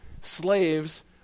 slaves